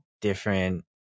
different